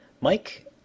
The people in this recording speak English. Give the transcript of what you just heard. Mike